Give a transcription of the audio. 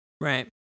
Right